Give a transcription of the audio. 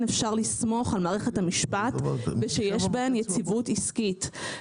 אפשר לסמוך על מערכת המשפט ושיש בהן יציבות עסקית.